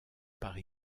par